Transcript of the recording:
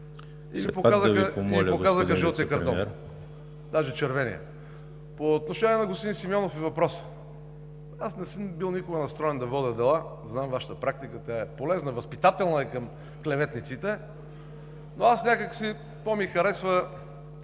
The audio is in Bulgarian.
Ви показаха жълтия картон, даже червения. По отношение на господин Симеонов и въпроса. Аз не съм бил никога настроен да водя дела. Знам Вашата практика, тя е полезна, възпитателна е към клеветниците, но някак си пò ми харесва